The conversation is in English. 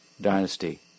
dynasty